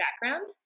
background